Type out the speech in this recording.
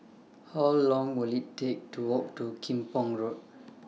How Long Will IT Take to Walk to Kim Pong Road